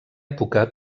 època